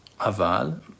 Aval